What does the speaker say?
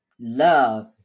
Love